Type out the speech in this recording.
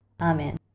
Amen